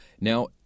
Now